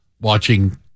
watching